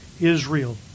Israel